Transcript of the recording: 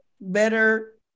better